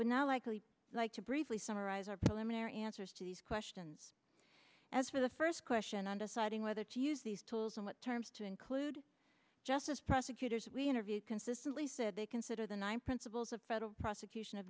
would not likely like to briefly summarize our preliminary answers to these questions as for the first question on deciding whether to use these tools and what terms to include just as prosecutors we interviewed consistently said they consider the nine principles of federal prosecution of